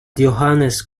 johannes